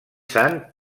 sant